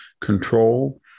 control